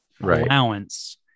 allowance